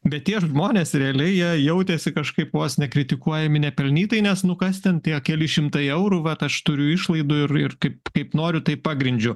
bet tie žmonės realiai jie jautėsi kažkaip vos ne kritikuojami nepelnytai nes nu kas ten tie keli šimtai eurų vat aš turiu išlaidų ir ir kaip noriu tai pagrindžiu